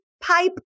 pipe